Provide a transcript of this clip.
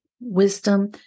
wisdom